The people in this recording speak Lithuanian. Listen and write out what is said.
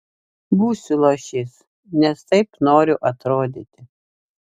būsiu luošys nes taip noriu atrodyti